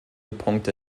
punkte